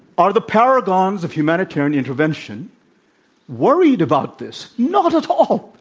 are the paragons of humanitarian intervention worried about this? not at all!